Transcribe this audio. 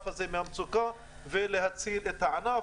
שהדרישות כאן הן צודקות וצריך פשוט להיענות להן.